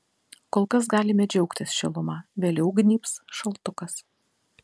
kol kas galime džiaugtis šiluma vėliau gnybs šaltukas